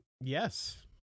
Yes